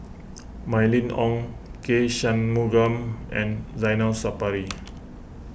Mylene Ong K Shanmugam and Zainal Sapari